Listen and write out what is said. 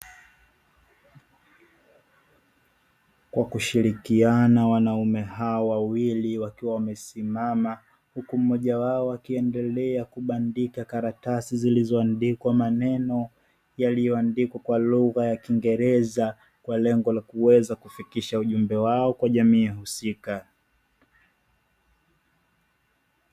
Kwa kushirikiana wanaume hawa wawili wakiwa wamesimama huku mmoja wao akiendelea kubandika karatasi zilizoandikwa maneno yaliyoandikwa kwa lugha ya kiingereza kwa lengo la kuweza kufikisha ujumbe wao kwa jamii husika.